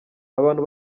abantu